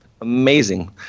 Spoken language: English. Amazing